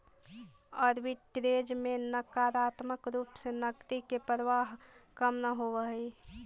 arbitrage में नकारात्मक रूप से नकदी के प्रवाह कम न होवऽ हई